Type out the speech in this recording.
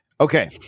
Okay